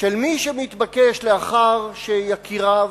של מי שמתבקש לאחר שיקיריו,